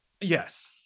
Yes